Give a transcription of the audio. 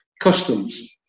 customs